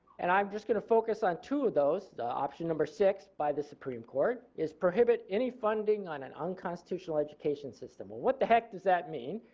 and i am just going to focus on two of those the option number six by the supreme court is prohibit any funding of an unconstitutional education system. well, what the heck does that mean?